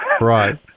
right